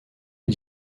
est